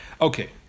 Okay